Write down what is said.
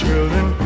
Children